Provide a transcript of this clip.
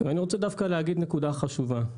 ואני רוצה להגיד נקודה חשובה.